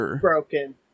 broken